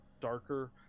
darker